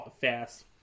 fast